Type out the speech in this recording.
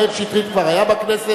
מאיר שטרית כבר היה בכנסת.